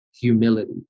humility